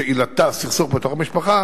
שעילתה סכסוך בתוך המשפחה,